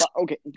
okay